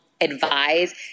advise